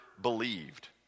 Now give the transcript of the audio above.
believed